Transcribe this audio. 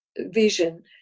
vision